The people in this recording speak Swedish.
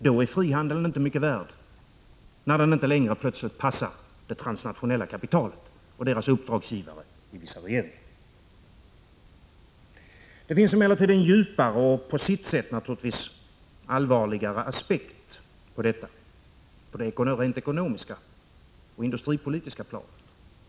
Då är frihandeln inte mycket värd, när den plötsligt inte längre passar det transnationella kapitalet och dess uppdragsgivare i vissa regeringar. Det finns emellertid en djupare och på sitt sätt allvarligare aspekt på det rent ekonomiska och industripolitiska planet. Den har att göra med Prot.